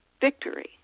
victory